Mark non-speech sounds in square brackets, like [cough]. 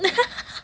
[laughs]